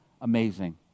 amazing